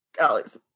Alex